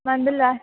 మందలు